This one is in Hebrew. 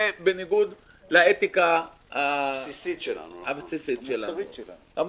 זה בניגוד לאתיקה הבסיסית המוסרית שלנו.